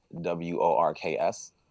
w-o-r-k-s